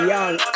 Young